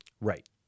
right